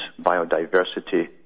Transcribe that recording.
biodiversity